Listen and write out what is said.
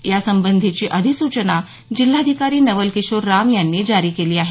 यासंबंधीची अधिसूचना जिल्हाधिकारी नवलकिशोर राम यांनी जारी केली आहे